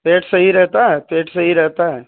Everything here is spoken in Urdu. پیٹ صحیح رہتا ہے پیٹ صحیح رہتا ہے